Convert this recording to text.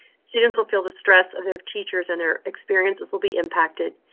students will feel the stress of their teachers and their experiences will be impacted.